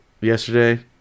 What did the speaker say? yesterday